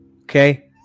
Okay